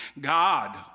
God